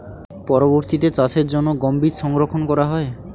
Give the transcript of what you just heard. পরবর্তিতে চাষের জন্য গম বীজ সংরক্ষন করা হয়?